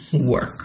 work